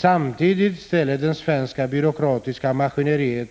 Samtidigt ställer det svenska byråkratiska maskineriet